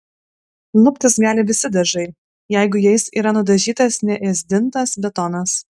luptis gali visi dažai jeigu jais yra nudažytas neėsdintas betonas